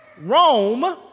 Rome